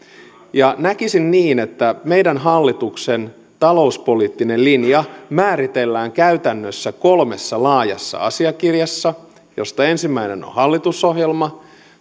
näkisin niin että meidän hallituksen talouspoliittinen linja määritellään käytännössä kolmessa laajassa asiakirjassa joista ensimmäinen on on hallitusohjelma